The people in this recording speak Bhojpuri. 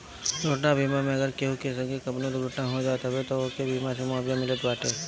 दुर्घटना बीमा मे अगर केहू के संगे कवनो दुर्घटना हो जात हवे तअ ओके बीमा से मुआवजा मिलत बाटे